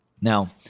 Now